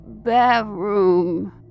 bathroom